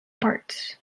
parts